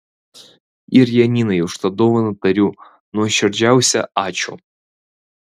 ir janinai už tą dovaną tariu nuoširdžiausią ačiū